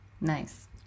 Nice